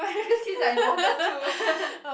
because kids are important too